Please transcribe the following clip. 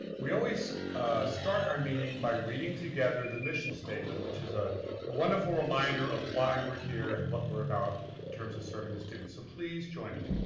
we always start our meeting by reading together, the mission statement which is ah a wonderful reminder of why we're here and what we're about in terms of serving the students. so please join me.